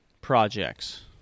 projects